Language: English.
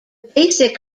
basic